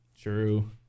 True